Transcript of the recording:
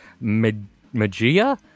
Magia